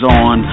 on